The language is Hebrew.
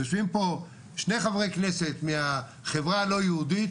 יושבים פה שני חברי כנסת מהחברה הלא יהודית,